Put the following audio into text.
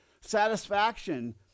satisfaction